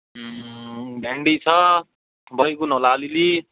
भिन्डी छ बैगुन होला अलिअलि